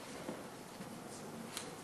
מסעוד?